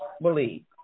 believe